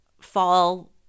fall